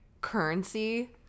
currency